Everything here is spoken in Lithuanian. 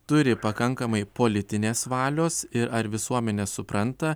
turi pakankamai politinės valios ir ar visuomenė supranta